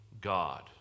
God